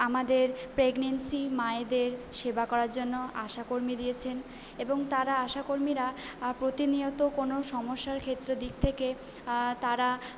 আমাদের প্রেগনেন্সি মায়েদের সেবা করার জন্য আশাকর্মী দিয়েছেন এবং তাঁরা আশাকর্মীরা প্রতিনিয়ত কোনও সমস্যার ক্ষেত্র দিক থেকে তাঁরা